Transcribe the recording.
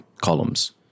columns